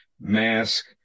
mask